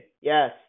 Yes